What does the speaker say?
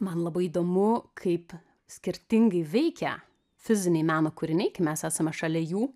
man labai įdomu kaip skirtingai veikia fiziniai meno kūriniai kai mes esame šalia jų